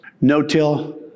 no-till